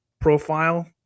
profile